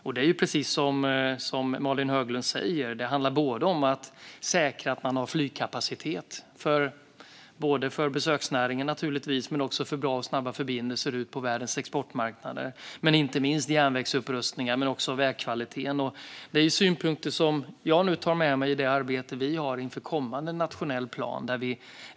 Där handlar det, precis som Malin Höglund säger, om att säkra flygkapacitet - både för besöksnäringen, naturligtvis, och för bra och snabba förbindelser ut på världens exportmarknader. Det handlar om järnvägsupprustningar, inte minst, men också om vägkvaliteten. Det är synpunkter som jag nu tar med mig i det arbete vi har inför kommande nationell plan.